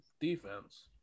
Defense